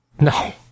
No